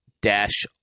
Dash